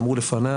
אמרו לפני,